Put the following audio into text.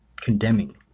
condemning